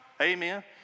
Amen